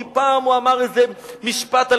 כי פעם הוא אמר איזה משפט על